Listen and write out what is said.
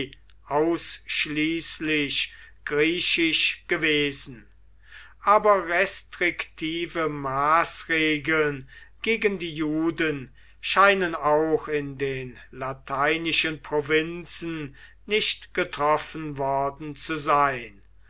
ausschließlich griechisch gewesen aber restriktive maßregeln gegen die juden scheinen auch in den lateinischen provinzen nicht getroffen worden zu sein